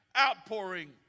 outpouring